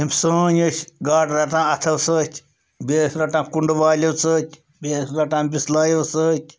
یِم سٲنۍ ٲسۍ گاڈٕ رَٹان اَتھَو سۭتۍ بیٚیہِ ٲسۍ رَٹان کُنٛڈٕ والیو سۭتۍ بیٚیہِ ٲسۍ رَٹان بِسلایو سۭتۍ